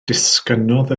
disgynnodd